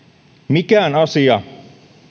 mikään asia